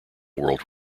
world